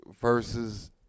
versus